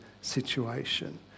situation